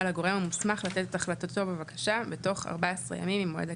על הגורם המוסמך לתת את החלטתו בבקשה בתוך 14 ימים ממועד הגשתה.